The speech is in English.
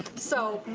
so,